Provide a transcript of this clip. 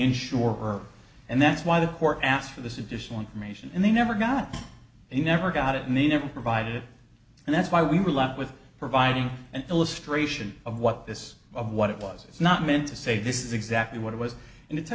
insurer and that's why the court asked for this additional information and they never got and never got it and they never provided it and that's why we were left with providing an illustration of what this of what it was it's not meant to say this is exactly what it was and